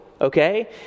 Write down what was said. okay